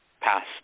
passed